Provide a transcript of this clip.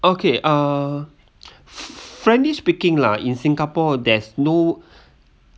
okay err frankly speaking lah in singapore there's no